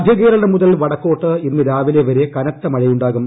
മധ്യകേരളം മുതൽ വടക്കോട്ട് ഇന്ന് രാവിലെ വരെ കനത്ത മഴയുണ്ടാകും